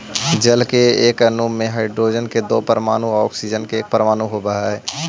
जल के एक अणु में हाइड्रोजन के दो परमाणु आउ ऑक्सीजन के एक परमाणु होवऽ हई